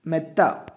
മെത്ത